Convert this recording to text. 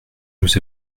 nous